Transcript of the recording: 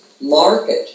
market